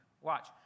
Watch